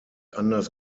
anders